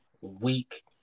week